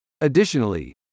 Additionally